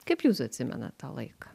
kaip jūs atsimenat tą laiką